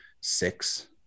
Six